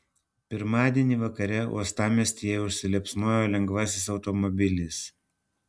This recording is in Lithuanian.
pirmadienį vakare uostamiestyje užsiliepsnojo lengvasis automobilis